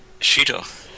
Shito